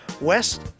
West